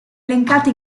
elencati